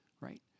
right